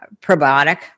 probiotic